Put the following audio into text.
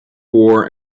war